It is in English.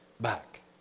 back